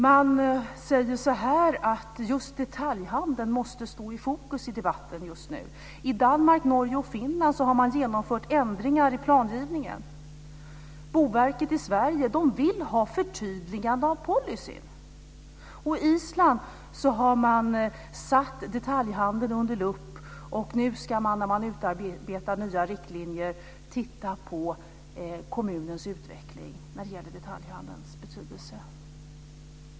Man säger att just detaljhandeln måste stå i fokus i debatten just nu. I Danmark, Norge och Finland har man genomfört ändringar vad gäller plangivningen. Boverket i Sverige vill ha förtydligande av policyn. På Island har man satt detaljhandeln under lupp. När man utarbetar nya riktlinjer ska man titta på kommunens utveckling när det gäller detaljhandelns betydelse.